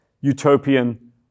utopian